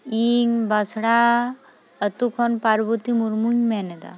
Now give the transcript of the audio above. ᱤᱧ ᱵᱟᱸᱥᱲᱟ ᱟᱹᱛᱩ ᱠᱷᱚᱱ ᱯᱟᱨᱵᱚᱛᱤ ᱢᱩᱨᱢᱩᱧ ᱢᱮᱱᱮᱫᱟ